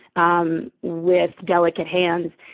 um with delicate hands.